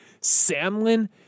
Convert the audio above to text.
Samlin